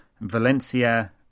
Valencia